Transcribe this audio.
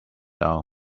out